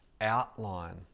outline